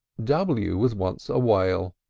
w was once a whale,